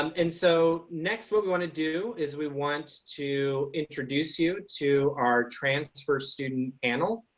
and so, next one we want to do is we want to introduce you to our transfer student panel.